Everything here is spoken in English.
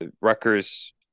Rutgers